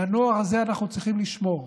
על הנוער הזה אנחנו צריכים לשמור.